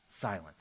silent